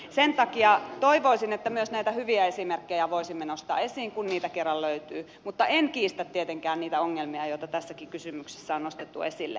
sen takia toivoisin että myös näitä hyviä esimerkkejä voisimme nostaa esiin kun niitä kerran löytyy mutta en kiistä tietenkään niitä ongelmia joita tässäkin kysymyksessä on nostettu esille